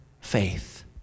faith